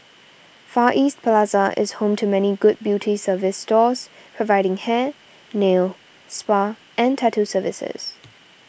Far East Plaza is home to many good beauty service stores providing hair nail spa and tattoo services